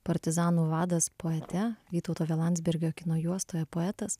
partizanų vadas poete vytauto vė landsbergio kino juostoje poetas